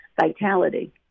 vitality